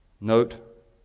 Note